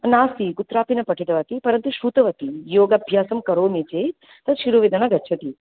नास्ति कुत्रापि न पठितवती परन्तु श्रुतवती योगाभ्यासं करोमि चेत् तद् शिरोवेदना गच्छति